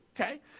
okay